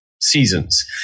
seasons